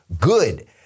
Good